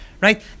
Right